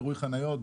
קירוי חניות,